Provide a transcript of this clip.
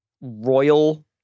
royal